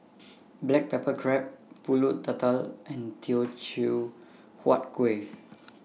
Black Pepper Crab Pulut Tatal and Teochew Huat Kuih